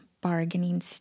bargaining